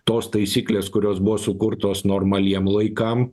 tos taisyklės kurios buvo sukurtos normaliem laikam